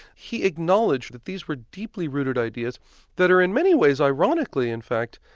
he acknowledged that these were deeply rooted ideas that are in many ways ironically in fact,